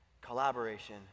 collaboration